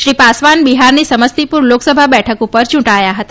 શ્રી પાસવાન બિહારની સમસ્તીપુર લોકસભા બેઠક પર યૂંટાયા હતા